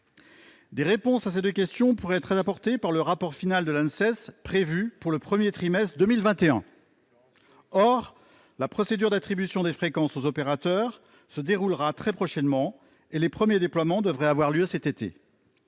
Des réponses à ces deux questions pourraient être apportées par le rapport final de l'Anses, prévu pour le premier trimestre 2021. Or la procédure d'attribution des fréquences aux opérateurs se déroulera très prochainement et les premiers déploiements devraient avoir lieu cet été.